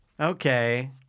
Okay